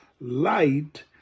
light